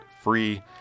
free